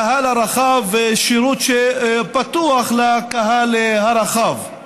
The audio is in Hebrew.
לקהל הרחב, שירות שפתוח לקהל הרחב.